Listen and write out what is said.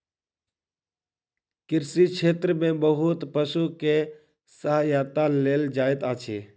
कृषि क्षेत्र में बहुत पशु के सहायता लेल जाइत अछि